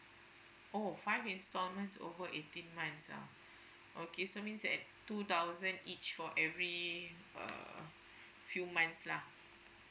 oh five instalments over eighteen months ah okay so means at two thousand each for every uh few months lah